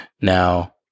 Now